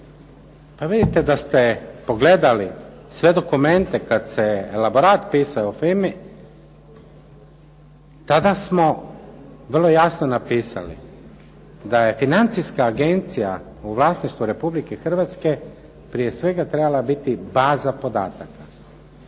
Pa vidite da ste pogledali sve dokumente kad se elaborat pisao o FINA-i, tada smo vrlo jasno napisali da je Financijska agencija u vlasništvu Republike Hrvatske prije svega trebala biti baza podataka,